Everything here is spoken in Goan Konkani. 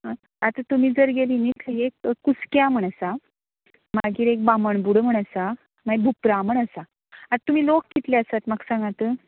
आतां तुमी जर गेली न्हय थंय एक कुसक्यां म्हूण आसा मागीर एक बामणबूडो म्हूण आसा मागीर बुपरां म्हूण आसा आता तुमी लोक कितलें आसा म्हाका सांगात